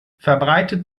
verbreitet